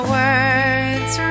words